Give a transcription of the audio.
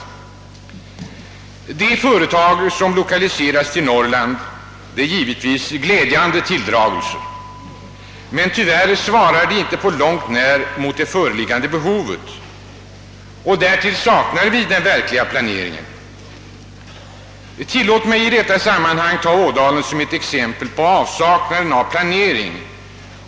Att företag lokaliseras till Norrland är givetvis glädjande tilldragelser, men tyvärr svarar de inte på långt när mot det föreliggande behovet. Därtill saknar vi den verkliga planeringen. Tillåt mig i detta sammanhang ta Ådalen som ett exempel på avsaknaden av planering.